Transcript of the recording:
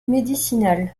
médicinales